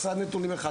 יש מסד נתונים אחד.